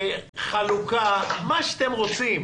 חלוקה, מה שאתם רוצים.